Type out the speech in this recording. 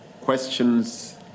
questions